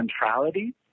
centrality